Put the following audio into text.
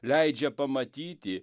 leidžia pamatyti